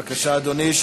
בבקשה, אדוני.